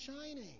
shining